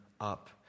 up